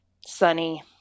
Sunny